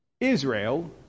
Israel